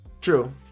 True